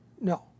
No